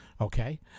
okay